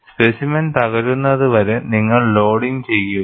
specimen തകരുന്നതുവരെ നിങ്ങൾ loading ചെയ്യുക